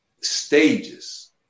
stages